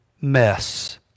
mess